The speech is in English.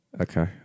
Okay